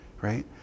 right